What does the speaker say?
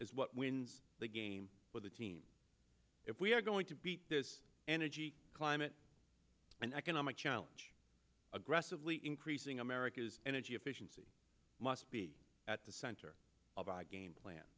is what wins the game for the team if we are going to beat this energy climate and economic challenge aggressively increasing america's energy efficiency must be at the center of our game plan